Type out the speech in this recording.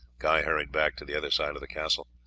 guy hurried back to the other side of the castle.